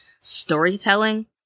storytelling